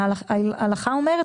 למה אתה כועס?